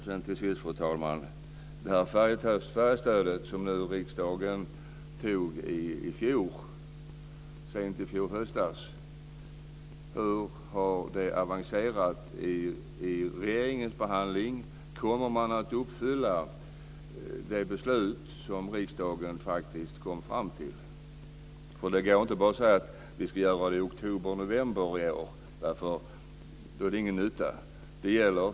Till sist, fru talman: Hur har det färjestöd som riksdagen beslutade om sent i fjol höstas avancerat i regeringens behandling? Kommer man att uppfylla det beslut som riksdagen faktiskt kom fram till? Det går inte att bara säga att vi ska göra det i oktober eller november i år, för då är det ingen ute.